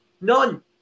None